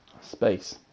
space